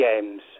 games